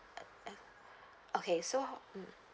okay so how mm